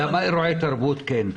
למה אירועי תרבות כן?